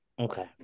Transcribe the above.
Okay